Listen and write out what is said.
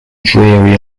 dreary